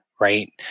right